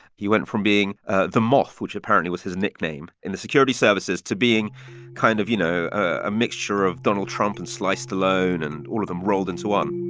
he went from being ah the moth, which apparently was his nickname in the security services, to being kind of, you know, a mixture of donald trump and sly stallone and all of them rolled into one